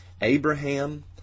Abraham